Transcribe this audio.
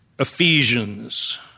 Ephesians